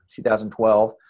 2012